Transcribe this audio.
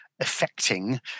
affecting